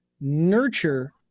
nurture